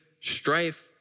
strife